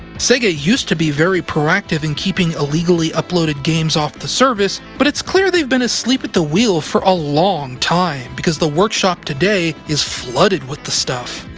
sega used to be very proactive in keeping illegally uploaded games off the service, but it's clear they've been asleep at the wheel for a long time, because the workshop today is flooded with this stuff.